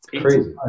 crazy